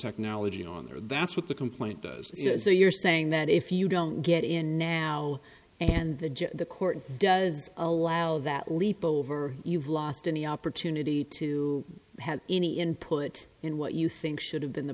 technology on there that's what the complaint does so you're saying that if you don't get in now and the judge the court does allow that leap over you've lost any opportunity to have any input in what you think should have been the